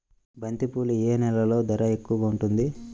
బంతిపూలు ఏ నెలలో ధర ఎక్కువగా ఉంటుంది?